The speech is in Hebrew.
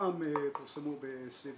רובם פורסמו סביב